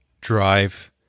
drive